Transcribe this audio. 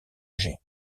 âgé